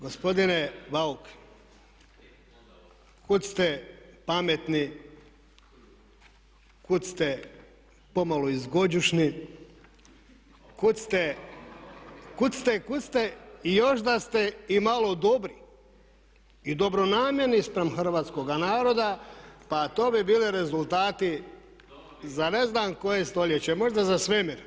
Gospodine Bauk, kud ste pametni, kud ste pomalo i zgođušni, kud ste još da ste i malo dobri i dobronamjerni spram Hrvatskoga naroda pa to bi bili rezultati za ne znam koje stoljeće, možda za svemir.